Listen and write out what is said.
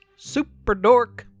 Superdork